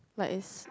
like it's